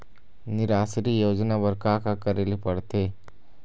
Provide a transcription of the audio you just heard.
निराश्री योजना बर का का करे ले पड़ते?